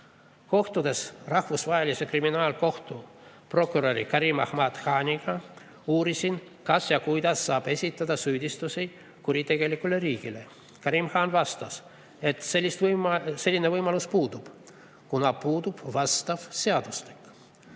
Kohtudes Rahvusvahelise Kriminaalkohtu kohtuniku Karim Ahmad Khaniga ma uurisin, kuidas saab esitada süüdistusi kuritegelikule riigile. Karim Khan vastas, et selline võimalus puudub, kuna puudub vastav seadustik.